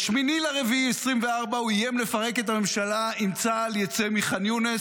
ב-8 באפריל 2024 הוא איים לפרק את הממשלה אם צה"ל יצא מחאן יונס,